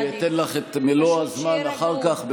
ואני אתן לך את מלוא הזמן אחר כך.